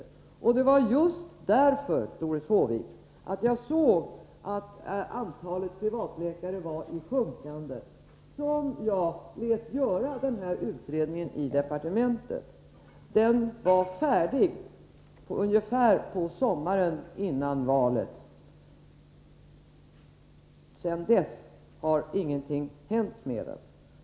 Det var, Doris Håvik, just därför att jag såg att antalet privatläkare var i sjunkande som jag lät göra utredningen i departementet. Utredningen var klar — ungefär — sommaren före valet. Sedan dess har ingenting hänt med den.